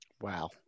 Wow